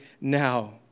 now